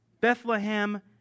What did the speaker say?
Bethlehem